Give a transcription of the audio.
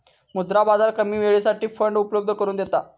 मुद्रा बाजार कमी वेळेसाठी फंड उपलब्ध करून देता